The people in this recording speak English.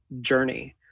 journey